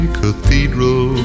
cathedral